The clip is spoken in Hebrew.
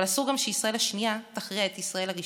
אבל אסור גם שישראל השנייה תכריע את ישראל הראשונה.